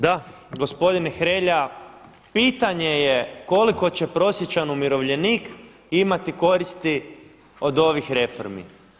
Da, gospodine Hrelja, pitanje je koliko će prosječan umirovljenik imati koristi od ovih reformi.